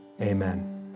Amen